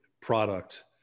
product